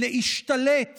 להשתלט